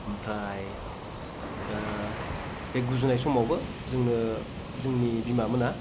ओमफ्राय बे गुजुनाय समावबो जोंनो जोंनि बिमामोना